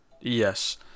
Yes